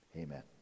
amen